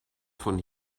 von